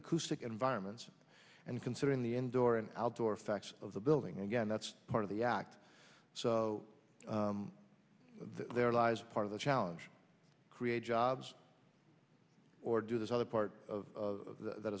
acoustic environments and considering the indoor and outdoor facts of the building again that's part of the act so there lies part of the challenge create jobs or do this other part of that